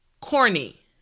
corny